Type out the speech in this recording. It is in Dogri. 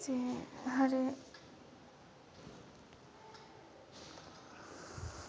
ते हर